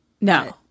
no